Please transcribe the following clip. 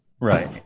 Right